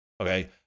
Okay